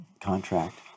contract